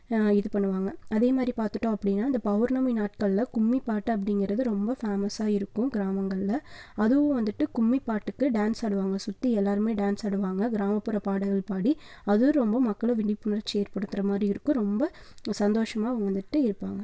இது பண்ணுவாங்கள் அதே மாதிரி பார்த்துட்டோம் அப்படின்னா இந்த பௌர்ணமி நாட்கள்ல கும்மி பாட்டு அப்படிங்கிறது ரொம்ப ஃபேமஸ்ஸாக இருக்கும் கிராமப்புறங்கள்ல அதுவும் வந்துட்டு கும்மி பாட்டுக்கு டான்ஸ் ஆடுவாங்கள் சுற்றி எல்லாருமே டான்ஸ் ஆடுவாங்கள் கிராமப்புற பாடல் பாடி அதுவும் ரொம்ப மக்களை விழிப்புணர்ச்சியை ஏற்படுத்துகிற மாதிரி இருக்கும் ரொம்ப சந்தோஷமாக வந்துட்டு இருப்பாங்கள்